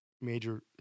major